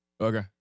okay